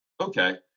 Okay